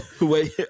Wait